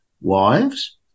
wives